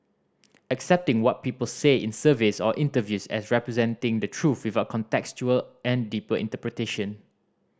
accepting what people say in surveys or interviews as representing the truth without contextual and deeper interpretation